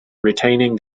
retaining